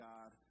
God